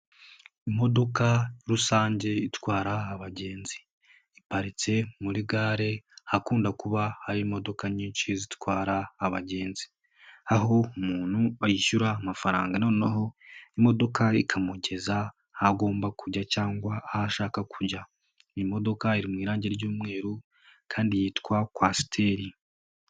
Imodoka rusange itwara abagenzi, iparitse muri gare ahakunda kuba hari imodoka nyinshi zitwara abagenzi, aho umuntu ayishyura amafaranga noneho imodoka ikamugeza ahagomba kujya cyangwa aho ashaka kujya, imodokadoka iri mu irangi ry'umweru kandi yitwa kwasiteri.